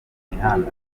imihanda